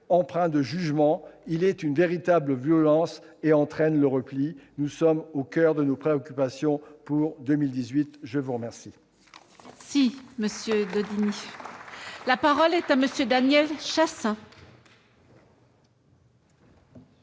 empreint de jugement, il est une véritable violence et entraîne le repli. » Nous sommes au coeur de nos préoccupations pour 2018. La parole